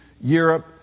Europe